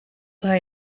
hij